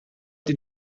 did